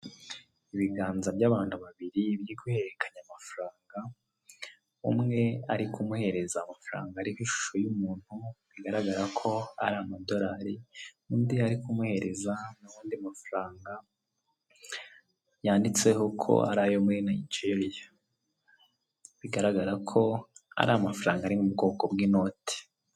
Ibiganza by'abantu babiri biri guhererekanya amafaranga, umwe ari kumuhererereza amafaranga ariko ishusho y'umuntu bigaragara ko ari amadorari, undi ari kumuhereza n'ayandi mafaranga yanditseho ko ari ayo muri Nigeria, bigaragara ko ari amafaranga ari m'ubwoko bw'inoti.